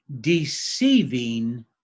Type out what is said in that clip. Deceiving